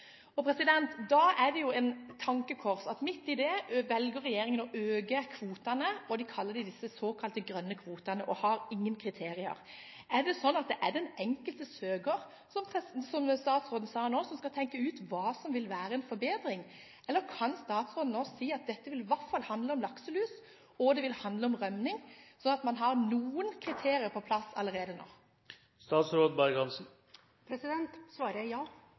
Da er det et tankekors at regjeringen velger å øke kvotene, de såkalt grønne kvotene, som de kaller det, og har ingen kriterier. Er det sånn at det er den enkelte søker, som statsråden nå sa, som skal tenke ut hva som vil være en forbedring, eller kan statsråden nå si at dette i hvert fall vil handle om lakselus og om rømming – sånn at man har noen kriterier på plass allerede nå? Svaret er ja,